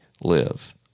live